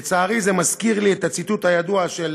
לצערי, זה מזכיר לי את הציטוט הידוע של